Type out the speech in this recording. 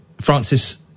Francis